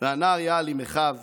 והנער יַעַל עם אחיו